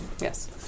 Yes